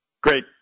Great